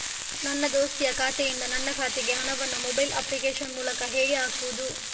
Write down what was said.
ನನ್ನ ದೋಸ್ತಿಯ ಖಾತೆಯಿಂದ ನನ್ನ ಖಾತೆಗೆ ಹಣವನ್ನು ಮೊಬೈಲ್ ಅಪ್ಲಿಕೇಶನ್ ಮೂಲಕ ಹೇಗೆ ಹಾಕುವುದು?